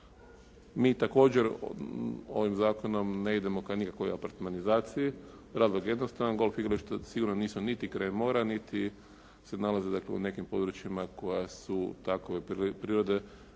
Mi također ovim zakonom ne idemo ka nikakvoj apartmanizaciji, razlog jednostavan, golf igrališta sigurno nisu niti kraj mora niti se nalaze dakle u nekim područjima koja su takove prirode